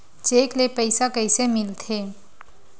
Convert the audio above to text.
Cheque ले पईसा कइसे मिलथे?